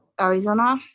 Arizona